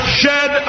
shed